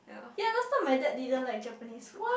ye last time my dad didn't like Japanese food